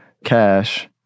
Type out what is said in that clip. cash